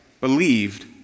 believed